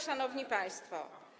Szanowni Państwo!